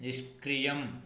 निष्क्रियम्